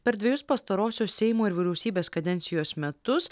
per dvejus pastaruosius seimo ir vyriausybės kadencijos metus